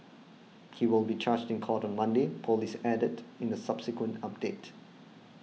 he will be charged in court on Monday police added in a subsequent update